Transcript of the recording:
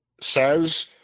says